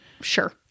Sure